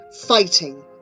fighting